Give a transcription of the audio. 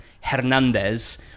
Hernandez